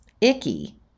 icky